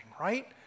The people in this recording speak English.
right